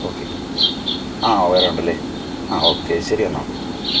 okay ആ വേറെ ഉണ്ടല്ലേ ആ ഓക്കെ ശരി എന്നാൽ